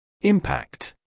Impact